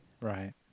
Right